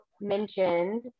mentioned